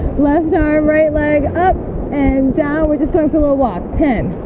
left arm right leg up and down. we just go for a little walk ten